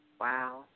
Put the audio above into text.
Wow